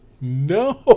No